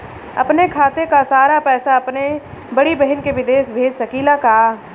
अपने खाते क सारा पैसा अपने बड़ी बहिन के विदेश भेज सकीला का?